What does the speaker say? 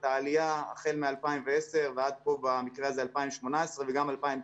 את העלייה החל ב-2010 ועד 2018 וגם 2019,